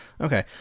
Okay